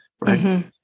right